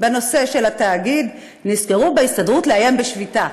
בנושא של התאגיד, נזכרו בהסתדרות לאיים בשביתה.